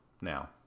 now